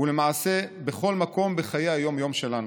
ולמעשה בכל מקום בחיי היום-יום שלנו.